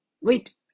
wait